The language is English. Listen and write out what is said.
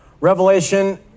Revelation